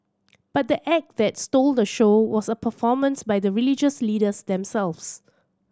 but the act that stole the show was a performance by the religious leaders themselves